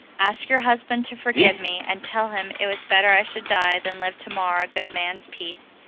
ask your husband to forgive me, and tell him it was better i should die than live to mar a good man's peace.